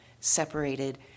separated